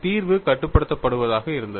தீர்வு கட்டுப்படுத்தப்பட்டதாக இருந்தது